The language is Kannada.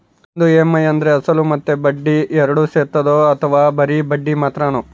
ಒಂದು ಇ.ಎಮ್.ಐ ಅಂದ್ರೆ ಅಸಲು ಮತ್ತೆ ಬಡ್ಡಿ ಎರಡು ಸೇರಿರ್ತದೋ ಅಥವಾ ಬರಿ ಬಡ್ಡಿ ಮಾತ್ರನೋ?